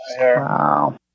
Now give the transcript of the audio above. Wow